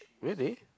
really